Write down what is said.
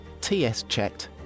tschecked